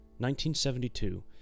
1972